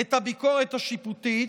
את הביקורת השיפוטית,